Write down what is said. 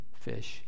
fish